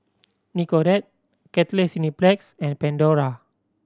Nicorette Cathay Cineplex and Pandora